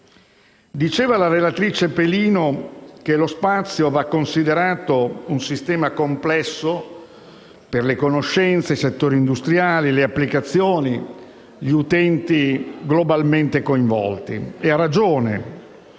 La relatrice Pelino ha detto che lo spazio va considerato come un sistema complesso per le conoscenze, i settori industriali, le applicazioni e gli utenti globalmente coinvolti e ha ragione: